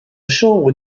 chambre